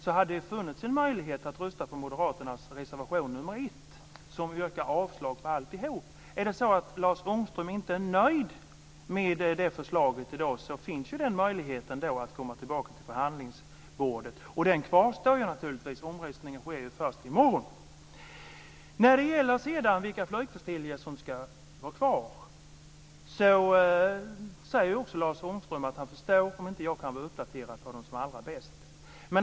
Där hade det funnits en möjlighet att rösta på Moderaternas reservation nr 1 där vi yrkar avslag på alltihop. Om det är så att Lars Ångström inte är nöjd med förslaget i dag, finns ju den möjligheten att komma tillbaka till förhandlingsbordet. Den kvarstår ju naturligtvis. Omröstningen sker ju först i morgon. När det gäller vilka flygflottiljer som ska vara kvar säger ju också Lars Ångström att han förstår om inte jag kan var uppdaterad på de som är allra bäst.